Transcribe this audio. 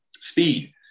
speed